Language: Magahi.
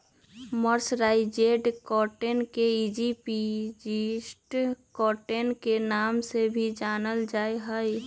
मर्सराइज्ड कॉटन के इजिप्टियन कॉटन के नाम से भी जानल जा हई